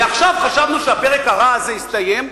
ועכשיו חשבנו שהפרק הרע הזה הסתיים,